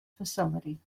facility